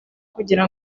kugira